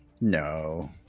No